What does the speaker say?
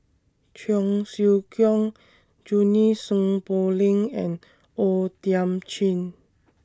Cheong Siew Keong Junie Sng Poh Leng and O Thiam Chin